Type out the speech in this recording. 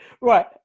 right